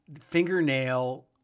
fingernail